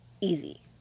easy